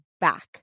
back